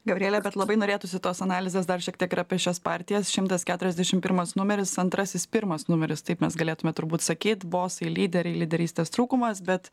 gabriele bet labai norėtųsi tos analizės dar šiek tiek ir apie šias partijas šimtas keturiasdešim pirmas numeris antrasis pirmas numeris taip mes galėtume turbūt sakyt bosai lyderiai lyderystės trūkumas bet